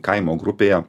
kaimo grupėje